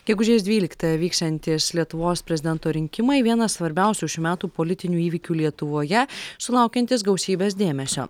gegužės dvyliktąją vyksiantys lietuvos prezidento rinkimai vienas svarbiausių šių metų politinių įvykių lietuvoje sulaukiantis gausybės dėmesio